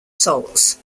salts